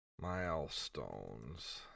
Milestones